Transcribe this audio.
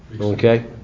Okay